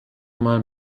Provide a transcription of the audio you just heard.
mal